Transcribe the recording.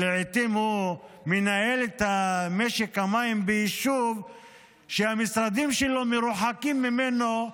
שלעיתים הוא מנהל את משק המים ביישוב שהמשרדים שלו מרוחקים ממנו,